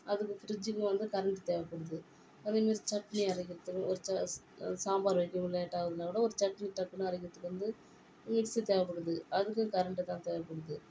அதுக்கு ஃபிரிட்ஜுக்கும் வந்து கரண்டு தேவைப்படுது அதேமாதிரி சட்னி அரைக்கிறதுக்கும் ஒரு சாஸ் சாம்பார் வைக்கவும் லேட்டாக ஆகுதுன்னா கூட ஒரு சட்னி டக்குன்னு அரைக்கிறதுக்கு வந்து மிக்ஸி தேவைப்படுது அதுக்கும் கரண்டுதான் தேவைப்படுது